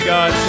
God